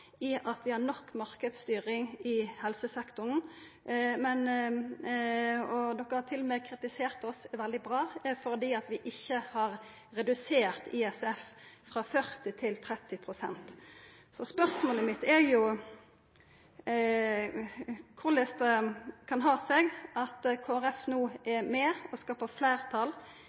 i at vi har nok marknadsstyring i helsesektoren. Kristeleg Folkeparti har til og med kritisert oss – veldig bra – for at vi ikkje har redusert ISF frå 40 til 30 pst. Spørsmålet mitt er korleis det kan ha seg at Kristeleg Folkeparti no er med og skapar fleirtal